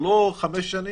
זה לא חמש שנים,